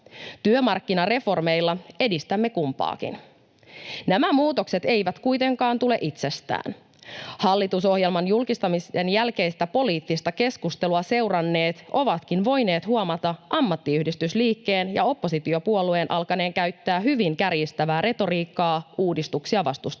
Työmarkkinareformeilla edistämme kumpaakin. Nämä muutokset eivät kuitenkaan tule itsestään. Hallitusohjelman julkistamisen jälkeistä poliittista keskustelua seuranneet ovatkin voineet huomata ammattiyhdistysliikkeen ja oppositiopuolueiden alkaneen käyttää hyvin kärjistävää retoriikkaa uudistuksia vastustaessaan.